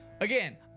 again